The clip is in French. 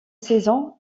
saison